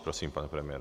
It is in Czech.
Prosím, pane premiére.